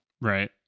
Right